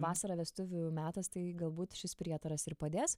vasara vestuvių metas tai galbūt šis prietaras ir padės